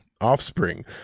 offspring